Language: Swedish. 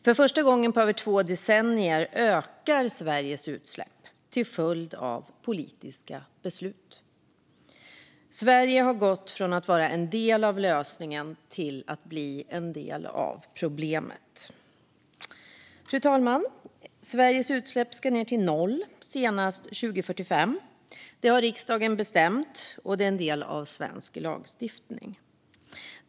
För första gången på över två decennier ökar Sveriges utsläpp till följd av politiska beslut. Sverige har gått från att vara en del av lösningen till att bli en del av problemet. Fru talman! Sveriges utsläpp ska ned till noll senast 2045. Detta har riksdagen bestämt, och det är en del av svensk lagstiftning.